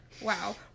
Wow